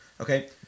Okay